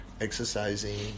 exercising